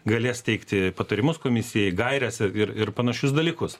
galės teikti patarimus komisijai gaires ir ir panašius dalykus